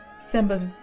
Simba's